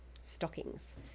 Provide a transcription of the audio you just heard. stockings